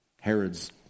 Herod's